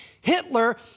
Hitler